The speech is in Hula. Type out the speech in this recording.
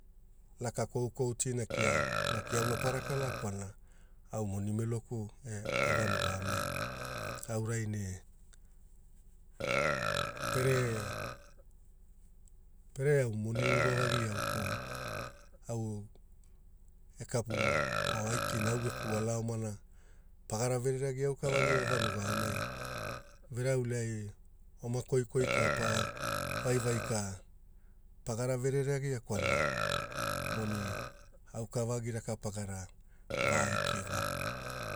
Laka koukou tina maki auna para kalaa kwalana au moni meloku e vanuga aonai aurai ne pere pere au moni wovagi auku au e kapu o aikina au geku wala omana pagaraverere agi auka vagia e vanuga aonai verauleai oma koikoi ka pa vaivai ka pagara verere agia kwalana moni auka vagi raka pagara va aiki iwaa